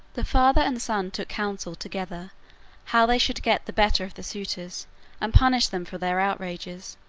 the father and son took counsel together how they should get the better of the suitors and punish them for their outrages.